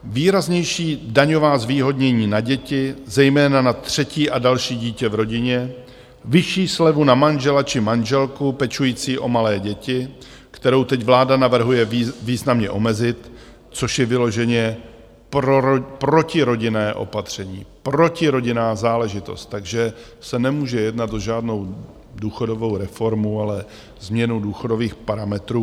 Výraznější daňová zvýhodnění na děti, zejména na třetí a další dítě v rodině, vyšší slevu na manžela či manželku pečující o malé děti, kterou teď vláda navrhuje významně omezit, což je vyloženě protirodinné opatření, protirodinná záležitost, takže se nemůže jednat o žádnou důchodovou reformu, ale změnu důchodových parametrů.